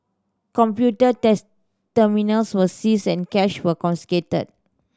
computer terminals were seized and cash was confiscated